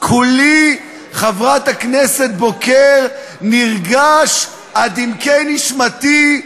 חברת הכנסת בוקר, נרגש עד עמקי נשמתי.